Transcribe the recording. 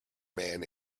man